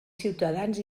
ciutadans